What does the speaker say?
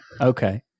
Okay